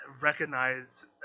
recognize